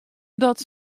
dat